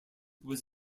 was